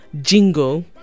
Jingo